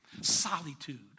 Solitude